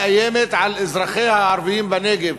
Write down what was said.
שמאיימת על אזרחיה הערבים בנגב.